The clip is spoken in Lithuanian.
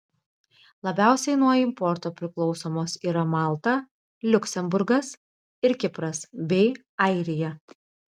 labiausiai nuo importo priklausomos yra malta liuksemburgas ir kipras bei airija